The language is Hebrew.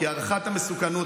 כי הערכת המסוכנות,